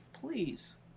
please